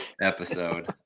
episode